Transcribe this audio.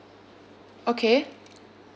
okay